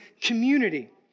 community